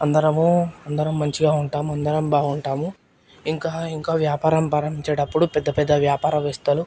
అందరము అందరం మంచిగా ఉంటాం అందరం బాగుంటాము ఇంకా ఇంకా వ్యాపారం ప్రారంభించేటప్పుడు పెద్ద పెద్ద వ్యాపార వేస్తలు